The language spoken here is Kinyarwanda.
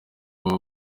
baba